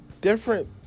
Different